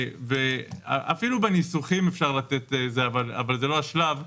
אפילו בניסוחים אפשר לתת, אבל זה לא השלב,